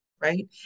right